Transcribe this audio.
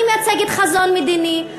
אני מייצגת חזון מדיני,